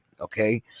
okay